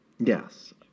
Yes